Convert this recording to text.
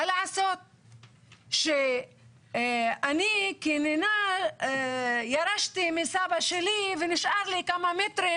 מה לעשות שאני כנינה ירשתי מסבא שלי ונשאר לי כמה מטרים